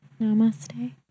Namaste